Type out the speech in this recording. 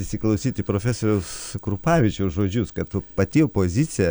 įsiklausyt į profesoriaus krupavičiaus žodžius kad tu pati opozicija